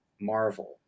Marvel